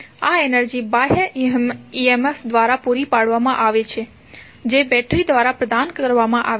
આ એનર્જી બાહ્ય EMF EMF દ્વારા પૂરી પાડવામાં આવે છે જે બેટરી દ્વારા પ્રદાન કરવામાં આવે છે